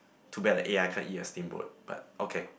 too bad the A_I can't eat a steamboat but okay